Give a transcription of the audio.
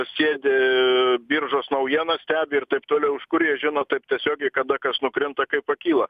sėdi biržos naujienas stebi ir taip toliau iš kur jie žino taip tiesiogiai kada kas nukrinta kaip pakyla